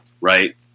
Right